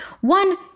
One